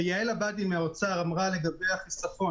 יעל עבאדי מהאוצר דיברה על החיסכון,